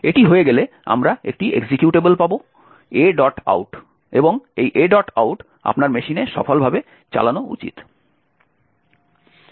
এটি হয়ে গেলে আমরা একটি এক্সিকিউটেবল পাব aout এবং এই aout আপনার মেশিনে সফলভাবে চালানো উচিত